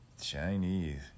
Chinese